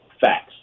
facts